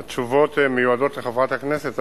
התשובות מיועדות לחברת הכנסת,